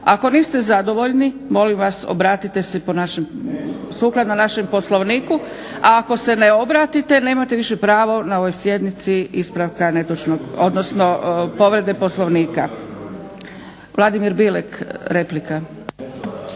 Ako niste zadovoljni molim vas obratite se sukladno našem Poslovniku, a ako se ne obratite nemate više pravo na ovoj sjednici ispravka netočnog, odnosno povrede Poslovnika. Vladimir Bilek, replika.